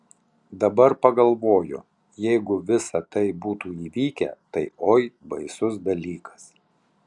dabar pagalvoju jeigu visa tai būtų įvykę tai oi baisus dalykas